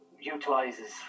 utilizes